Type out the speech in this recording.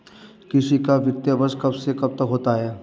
कृषि का वित्तीय वर्ष कब से कब तक होता है?